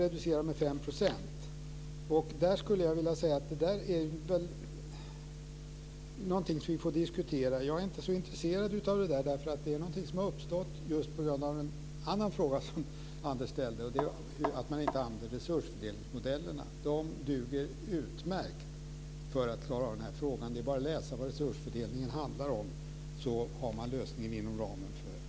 Reduceringen med 5 % är något som vi får diskutera. Jag är inte så intresserad av detta, eftersom det har uppstått på grund av en annan fråga som Anders Sjölund ställde, nämligen att man inte använder resursfördelningsmodellerna. De duger utmärkt för att klara den här frågan. Man behöver bara göra klart för sig vad resursfördelningen handlar om, så har man lösningen inom ramen för den.